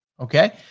okay